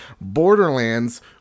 Borderlands